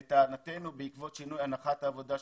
לטענתנו, בעקבות שינוי הנחת העבודה,